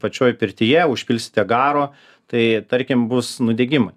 pačioj pirtyje užpilsite garo tai tarkim bus nudegimai